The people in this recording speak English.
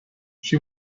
she